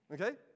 Okay